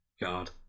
God